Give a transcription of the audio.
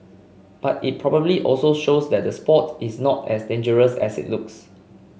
but it probably also shows that the sport is not as dangerous as it looks